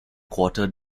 quarter